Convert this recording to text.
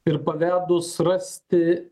ir pavedus rasti